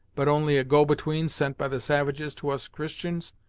but only a go between sent by the savages to us christians,